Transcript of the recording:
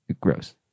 Gross